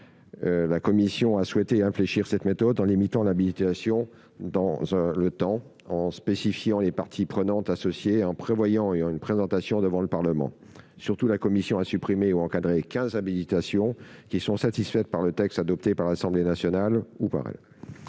La commission a souhaité infléchir cette méthode en limitant l'habilitation dans le temps, en spécifiant les parties prenantes associées et en prévoyant une présentation devant le Parlement. Surtout, la commission a supprimé ou encadré quinze habilitations qui sont satisfaites par son propre texte ou par le